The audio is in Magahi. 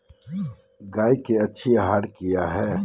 गाय के अच्छी आहार किया है?